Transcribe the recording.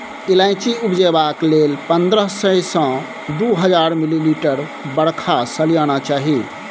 इलाइचीं उपजेबाक लेल पंद्रह सय सँ दु हजार मिलीमीटर बरखा सलियाना चाही